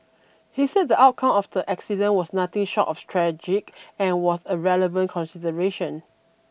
he said the outcome of the accident was nothing short of tragic and was a relevant consideration